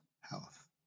health